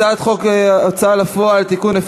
הצעת חוק ההוצאה לפועל (תיקון,